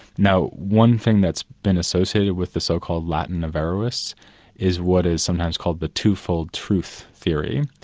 now, one thing that's been associated with the so-called latin averroes is what is sometimes called the two-fold truth theory,